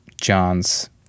John's